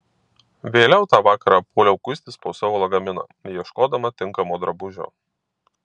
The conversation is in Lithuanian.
vėliau tą vakarą puoliau kuistis po savo lagaminą ieškodama tinkamo drabužio